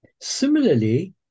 Similarly